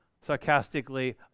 sarcastically